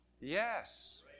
Yes